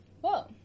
Whoa